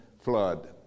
flood